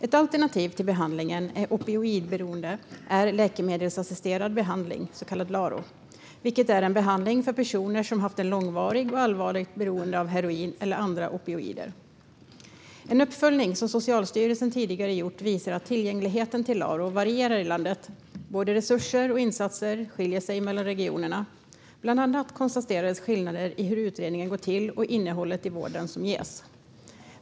En alternativ behandling av opioidberoende är läkemedelsassisterad behandling, så kallad LARO, vilket är en behandling för personer som haft ett långvarigt och allvarligt beroende av heroin eller andra opioider. En uppföljning som Socialstyrelsen tidigare gjort visar att tillgängligheten till LARO varierar i landet. Både resurser och insatser skiljer sig åt mellan regionerna. Bland annat konstaterades skillnader i hur utredningar går till och i innehållet i den vård som ges.